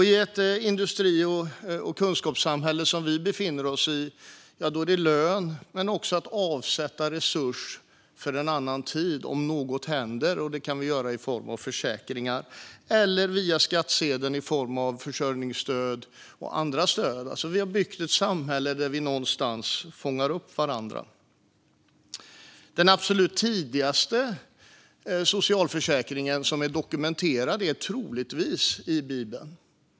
I ett industri och kunskapssamhälle som det vi befinner oss i handlar det om lön men också om att avsätta resurser för en annan tid, om något händer, och det kan vi göra i form av försäkringar eller via skattsedeln i form av försörjningsstöd och andra stöd. Vi har byggt ett samhälle där vi någonstans fångar upp varandra. Den absolut tidigaste socialförsäkringen som är dokumenterad är troligtvis i Bibeln.